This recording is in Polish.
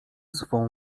swą